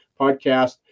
podcast